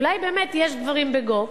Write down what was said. אולי באמת יש דברים בגו.